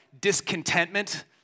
discontentment